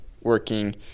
working